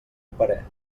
parer